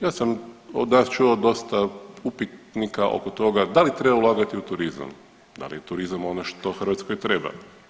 Ja sam čuo dosta upitnika oko toga da li treba ulagati u turizam, da li je turizam ono što Hrvatskoj treba?